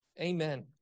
Amen